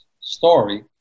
story